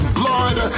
blood